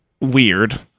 weird